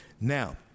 Now